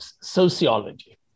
sociology